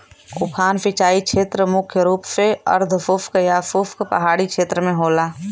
उफान सिंचाई छेत्र मुख्य रूप से अर्धशुष्क या शुष्क पहाड़ी छेत्र में होला